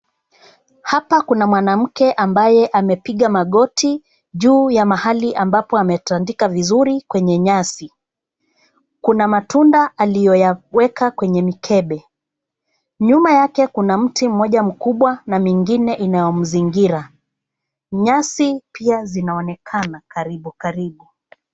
Hapa kuna mwanamke ambaye amepiga magoti juu ya mahali ambapo ametandika vizuri kwenye nyasi. Kuna matunda aliyoyaweja kwenye mikebe. Nyuma yake kuna mti mmoja mkubwa na mingine inayomzingira. Nyasi pia zinaonekana karibu karibu.